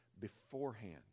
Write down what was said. beforehand